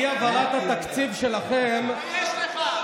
תתבייש לך.